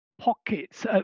pockets